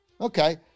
Okay